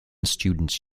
students